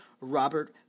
Robert